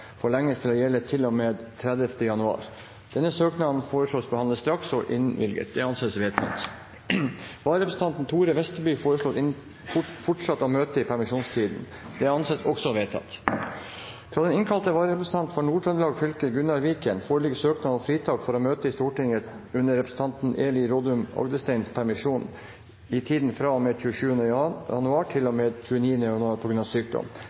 til å gjelde til og med 30. januar. Etter forslag fra presidenten ble enstemmig besluttet: Søknaden behandles straks og innvilges. Vararepresentanten Thore Vestby vil fortsatt møte i permisjonstiden. Fra den innkalte vararepresentant for Nord-Trøndelag fylke, Gunnar Viken, foreligger søknad om fritak for å møte i Stortinget under representanten Elin Rodum Agdesteins permisjon i tiden fra og med 27. januar til og med 29. januar på grunn av sykdom.